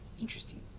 Interesting